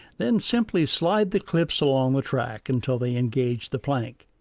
then simply slide the clips along the track until they engage the plank.